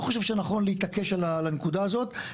אני לא חושב שזה נכון להתעקש על הנקודה הזאת,